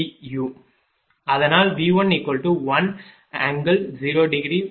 அதனால் V11∠0°1 p